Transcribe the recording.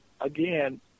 again